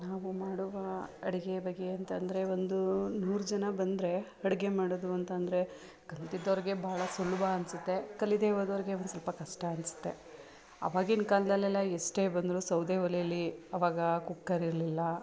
ನಾವು ಮಾಡುವಾ ಅಡುಗೆಯ ಬಗ್ಗೆ ಅಂತ ಅಂದ್ರೆ ಒಂದೂ ನೂರು ಜನ ಬಂದರೆ ಅಡುಗೆ ಮಾಡೋದು ಅಂತ ಅಂದ್ರೆ ಕಲಿತಿದ್ದವ್ರ್ಗೆ ಭಾಳ ಸುಲಭ ಅನ್ನಿಸುತ್ತೆ ಕಲೀದೇ ಹೋದವ್ರ್ಗೆ ಒಂದು ಸ್ವಲ್ಪ ಕಷ್ಟ ಅನ್ನಿಸುತ್ತೆ ಅವಾಗಿನ ಕಾಲದಲ್ಲೆಲ್ಲ ಎಷ್ಟೇ ಬಂದರು ಸೌದೆ ಒಲೆಯಲ್ಲಿ ಅವಾಗ ಕುಕ್ಕರ್ ಇರಲಿಲ್ಲ